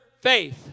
faith